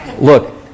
Look